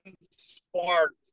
spark